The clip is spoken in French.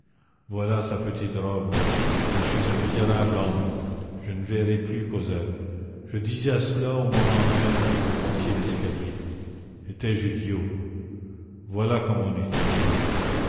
voilà sa petite robe je suis un misérable homme je ne verrai plus cosette je disais cela au moment même où vous montiez l'escalier étais-je idiot voilà comme on est idiot